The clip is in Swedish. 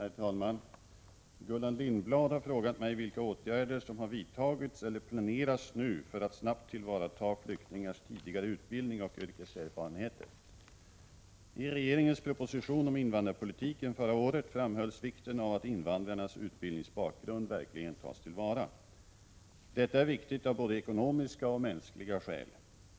Herr talman! Gullan Lindblad har frågat mig vilka åtgärder som har vidtagits eller planeras nu för att snabbt tillvarata flyktingars tidigare utbildning och yrkeserfarenheter. I regeringens proposition om invandrarpolitiken förra året framhölls vikten av att invandrarnas utbildningsbakgrund verkligen tas till vara. Detta är viktigt av både ekonomiska och mänskliga skäl.